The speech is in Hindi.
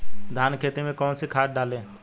धान की खेती में कौन कौन सी खाद डालें?